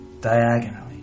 diagonally